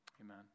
amen